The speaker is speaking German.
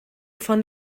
von